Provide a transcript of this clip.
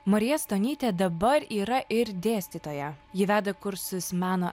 marija stonytė dabar yra ir dėstytoja ji veda kursus meno